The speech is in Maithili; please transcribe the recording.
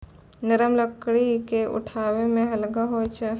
नरम लकड़ी क उठावै मे हल्का होय छै